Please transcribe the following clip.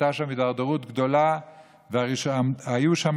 כשהייתה שם הידרדרות גדולה וכשהיו שם